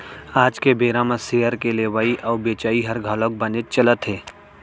आज के बेरा म सेयर के लेवई अउ बेचई हर घलौक बनेच चलत हे